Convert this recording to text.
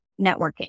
networking